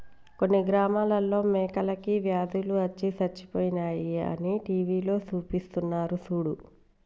కొన్ని గ్రామాలలో మేకలకి వ్యాధులు అచ్చి సచ్చిపోయాయి అని టీవీలో సూపిస్తున్నారు సూడు